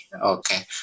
okay